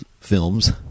films